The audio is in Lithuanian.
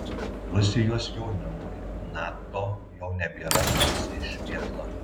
rusijos jaunimui nato jau nebėra baisi šmėkla